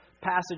passage